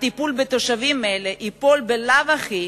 הטיפול בתושבים אלה ייפול בלאו הכי